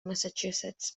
massachusetts